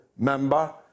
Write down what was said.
member